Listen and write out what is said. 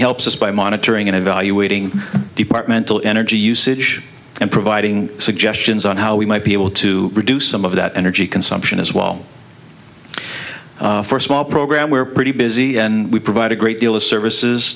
he helps us by monitoring and evaluating departmental energy usage and providing suggestions on how we might be able to reduce some of that energy consumption as well for a small program we're pretty busy and we provide a great deal of services